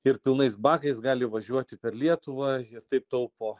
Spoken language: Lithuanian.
ir pilnais bakais gali važiuoti per lietuvą ir taip taupo